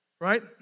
right